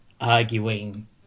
arguing